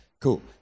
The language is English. cool